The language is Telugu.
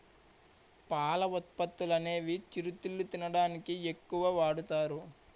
పాల ఉత్పత్తులనేవి చిరుతిళ్లు తినడానికి ఎక్కువ వాడుతారు